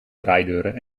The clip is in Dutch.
draaideuren